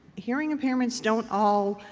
hearing impairments don't all